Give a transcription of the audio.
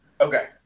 Okay